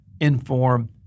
inform